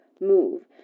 move